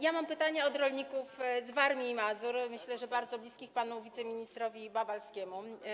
Ja mam pytanie od rolników z Warmii i Mazur, myślę, że bardzo bliskich panu wiceministrowi Babalskiemu.